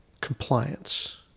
compliance